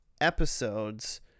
episodes